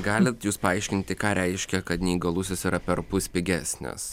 gali jūs paaiškinti ką reiškia kad neįgalusis yra perpus pigesnis